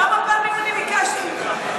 כמה פעמים אני ביקשתי ממך?